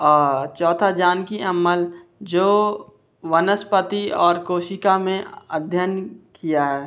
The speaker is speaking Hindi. ओर चौथा जानकी अम्मल जो वनस्पति और कोशिका में अध्ययन किया है